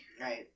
Right